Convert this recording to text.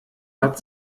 hat